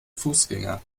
fußgänger